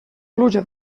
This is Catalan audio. pluja